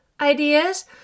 ideas